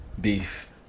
Beef